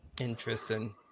interesting